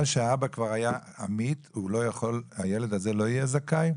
שהאבא כבר היה עמית הילד הזה לא יהיה זכאי?